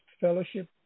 Fellowship